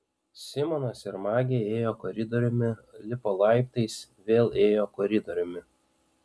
simonas ir magė ėjo koridoriumi lipo laiptais vėl ėjo koridoriumi